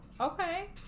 okay